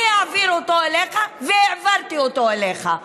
אני אעביר אותו אליך והעברתי אותו אליך.